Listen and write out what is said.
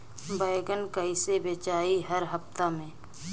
बैगन कईसे बेचाई हर हफ्ता में?